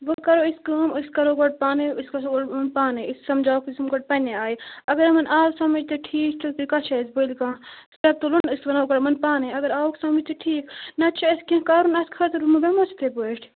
وۅنۍ کَرو أسۍ کٲم أسۍ کَرو گۄڈٕ پانَے أسۍ گژھو اور یِمن پانَے أسۍ سَمجھاوہوکھ أسۍ یِم گۄڈٕ پنٕنہِ آیہِ اگر یِمَن آو سَمٕج تہِ ٹھیٖک چھُ تیٚلہِ کَتھ چھُ اَسہِ بٔلۍ کانٛہہ سِٹٮ۪پ تُلُن أسۍ وَنو گۄڈٕ یِمَن پانَے اگر آوُکھ سَمٕجھ تہِ ٹھیٖک نَتہٕ چھُ اَسہِ کیٚنٛہہ کَرُن اَسہِ خٲطرٕ وۅنۍ ما بیٚہمو أسۍ یِتھَے پٲٹھۍ